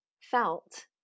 felt